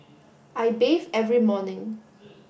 I bathe every morning